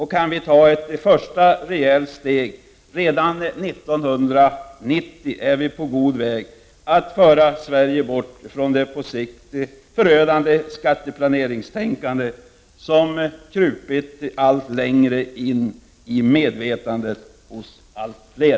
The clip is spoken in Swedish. Och kan vi ta ett första, rejält steg redan 1990, är vi på god väg att föra Sverige bort från det på sikt förödande skatteplaneringstänkande som krupit allt längre in i medvetandet hos allt fler.